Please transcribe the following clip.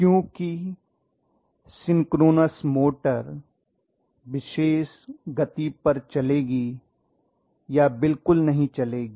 क्योंकि synchronous motor विशेष गति पर चलेगी या बिल्कुल नहीं चलेगी